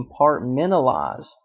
compartmentalize